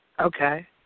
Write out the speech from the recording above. Okay